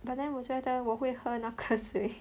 but then 我觉得我会喝那个水